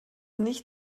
nicht